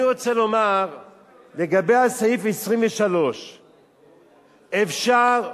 אני רוצה לומר לגבי סעיף 23. אפשר,